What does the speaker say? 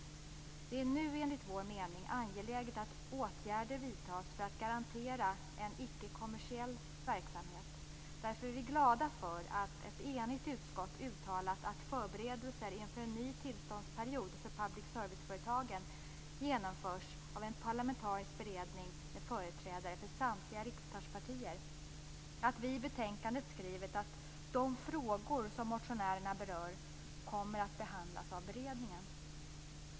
Det är nu, enligt vår mening, angeläget att åtgärder vidtas för att garantera en icke-kommersiell verksamhet. Därför är vi glada för att ett enigt utskott uttalat att förberedelser inför en ny tillståndsperiod för public serviceföretagen genomförs av en parlamentarisk beredning med företrädare för samtliga riksdagspartier och att vi i betänkandet skriver att de frågor som motionärerna berört kommer att behandlas av beredningen.